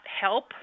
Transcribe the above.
help